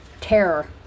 terror